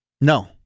No